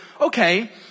okay